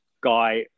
Guy